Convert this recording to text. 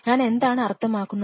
ഞാൻ എന്താണ് അർത്ഥമാക്കുന്നത്